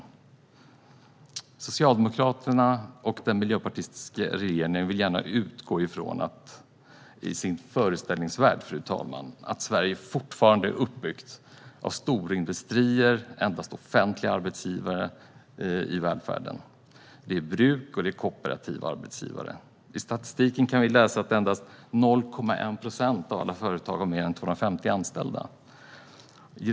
Den socialdemokratiska och miljöpartistiska regeringen vill i sin föreställningsvärld gärna utgå från att Sverige fortfarande är uppbyggt av stora industrier, endast offentliga arbetsgivare i välfärden, bruk och kooperativa arbetsgivare. Men i statistiken kan vi läsa att endast 0,1 procent av alla företag har mer än 250 anställda.